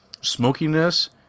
smokiness